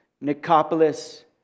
Nicopolis